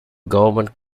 government